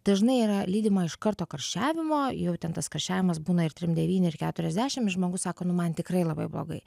dažnai yra lydima iš karto karščiavimo jau ten tas karščiavimas būna ir trim devyni ir keturiasdešim ir žmogus sako nu man tikrai labai blogai